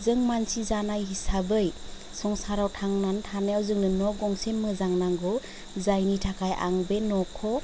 जों मानसि जानाय हिसाबै संसाराव थांनानै थानायाव जोंनो न' गंसे मोजां नांगौ जायनि थाखाय आं बे न'खौ